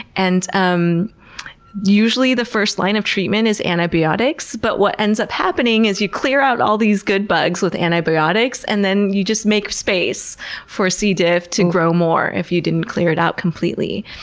and um usually the first line of treatment is antibiotics, but what ends up happening is you clear out all these good bugs with antibiotics and then you just make space for c. diff to grow more if you didn't clear it out completely.